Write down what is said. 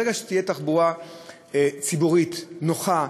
ברגע שתהיה תחבורה ציבורית נוחה,